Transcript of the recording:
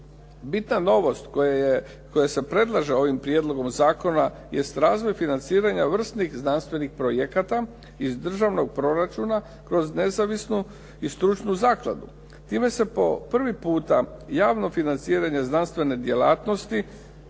Bitna novost koja se predlaže ovim prijedlogom zakona jest razvoj financiranja vrsnih znanstvenih projekata iz državnog proračuna kroz nezavisnu i stručnu zakladu. Time se po prvi puta javno financiranje znanstvene djelatnosti